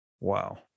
Wow